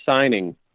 signing